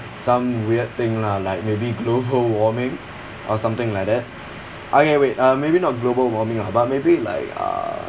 some weird thing lah like maybe global warming or something like that okay wait uh maybe not global warming lah but maybe like uh